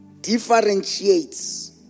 differentiates